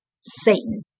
Satan